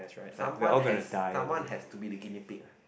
someone has someone has to be the guinea pig